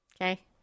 Okay